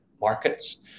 markets